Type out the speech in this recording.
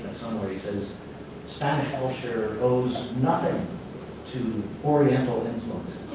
somebody says spanish culture owes nothing to oriental influences.